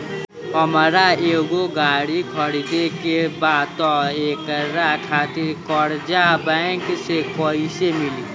हमरा एगो गाड़ी खरीदे के बा त एकरा खातिर कर्जा बैंक से कईसे मिली?